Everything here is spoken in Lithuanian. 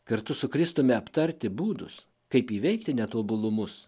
kartu su kristumi aptarti būdus kaip įveikti netobulumus